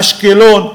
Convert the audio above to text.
אשקלון,